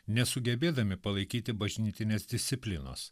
nesugebėdami palaikyti bažnytinės disciplinos